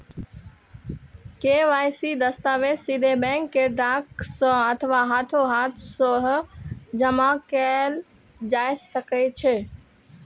KYC दस्तावेज सीधे bank कें डाक सं अथवा हाथोहाथ सेहो जमा कैल जा सकै छै